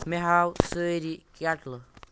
مےٚ ہاو ساری کیٚٹلہٕ